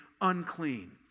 unclean